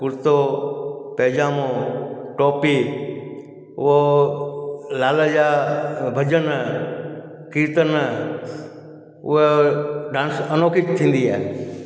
कुर्तो पयजामो टोपी उहो लाल जा भॼन कीर्तन उहा डांस अलौकिक थींदी आहे